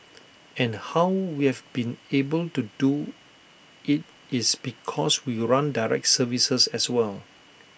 and how we've been able to do IT is because we run direct services as well